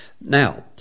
Now